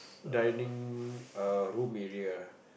dining err room area